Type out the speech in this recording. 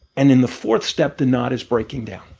and in the fourth step, the knot is breaking down.